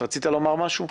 רצית לומר משהו?